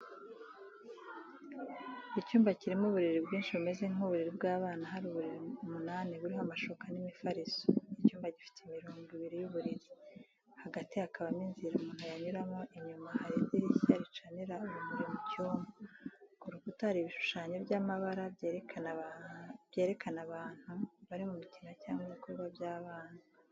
Icyumba kirimo uburiri bwinshi, bumeze nk’iburiri by’abana hari uburiri umunani buriho amashuka n'imifariso. Icyumba gifite imirongo ibiri y'uburiri, hagati hakabamo inzira umuntu yanyuramo inyuma hari idirishya, ricanira urumuri mu cyumba. Ku rukuta harimo ibishushanyo by’amabara, byerekana abantu bari mu mikino cyangwa ibikorwa by’abana.